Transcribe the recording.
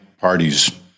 parties